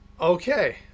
Okay